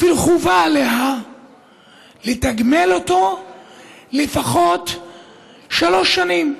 אפילו חובה עליה לתגמל אותו לפחות שלוש שנים.